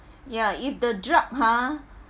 ya if the drug ha